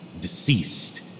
deceased